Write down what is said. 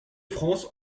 france